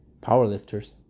Powerlifters